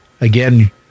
Again